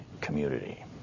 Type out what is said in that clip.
community